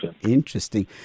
Interesting